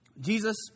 Jesus